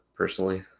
Personally